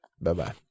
Bye-bye